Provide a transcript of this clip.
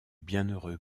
bienheureux